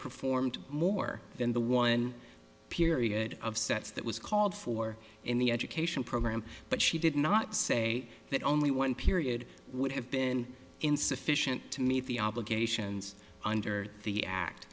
performed more than the one period of sets that was called for in the education program but she did not say that only one period would have been insufficient to meet the obligations under the act